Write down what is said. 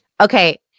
Okay